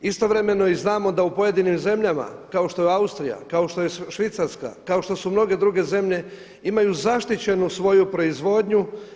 Istovremeno i znamo da u pojedinim zemljama kao što je Austrija, kao što je Švicarska, kao što su mnoge druge zemlje imaju zaštićenu svoju proizvodnju.